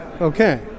okay